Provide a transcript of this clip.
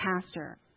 pastor